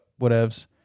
whatevs